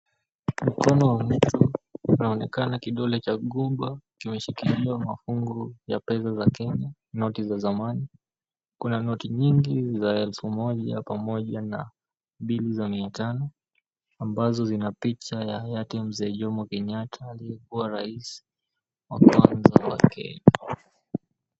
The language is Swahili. Humo ndani tunaonekana kidole cha gumba kimeshikiliwa mafungu ya fedha za Kenya, noti za zamani. Kuna noti nyingi za 1000 pamoja na mbili za 500 ambazo zina picha ya Hayati Mzee Jomo Kenyatta aliyekuwa rais wa kwanza wa Kenya.